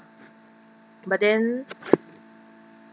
but then